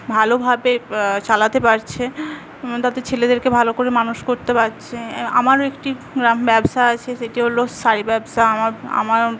ভালোভাবে চালাতে পারছে তাদের ছেলেদেরকে ভালো করে মানুষ করতে পারছে আমারও একটি এরম ব্যবসা আছে সেটি হল শাড়ি ব্যবসা আমার আমার